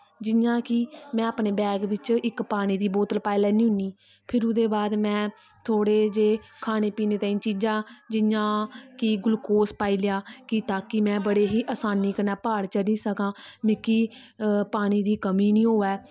जि'यां कि में अपने बैग बिच इक पानी दी बोतल पाई लैनी होनी फिर ओहदे बाद में थोह्डे़ जेह् खाने पीने तांहीं चीजां जि'यां कि ग्लुकोज पाई लैआ कि ताकि में बडे़ ही आसानी कन्नै प्हाड़ चढ़ी सका मिकी पानी दी कमी निं होवै